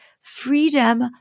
freedom